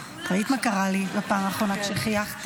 ראית מה קרה לי בפעם האחרונה כשחייכתי.